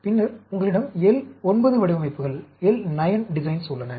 பின்னர் உங்களிடம் L 9 வடிவமைப்புகள் உள்ளன